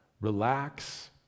relax